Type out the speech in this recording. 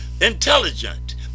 intelligent